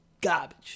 Garbage